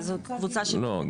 לא,